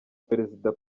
perezida